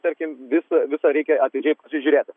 tarkim viso viso reikia atidžiai žiūrėti